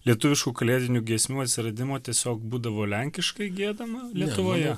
lietuviškų kalėdinių giesmių atsiradimo tiesiog būdavo lenkiškai giedama lietuvoje